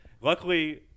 Luckily